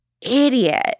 idiot